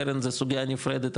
קרן זו סוגייה הנפרדת,